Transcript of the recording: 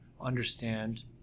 understand